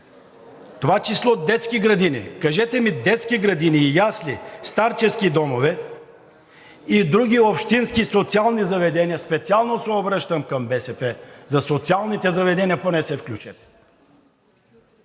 това число детски градини. Кажете ми: детски градини и ясли, старчески домове и други общински социални заведения. Специално се обръщам към БСП – за социалните заведения поне се включете!